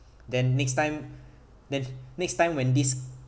then next time then next time when this